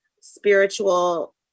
spiritual